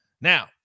Now